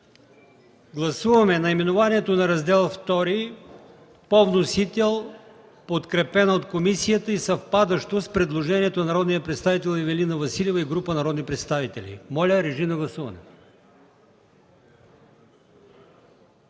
гласувайте наименованието на Раздел ІІ по вносител, подкрепено от комисията и съвпадащо с предложението на народния представител Ивелина Василева и група народни представители. Моля, гласувайте.